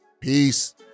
Peace